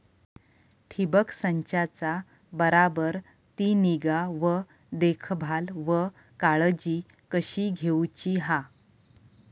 ठिबक संचाचा बराबर ती निगा व देखभाल व काळजी कशी घेऊची हा?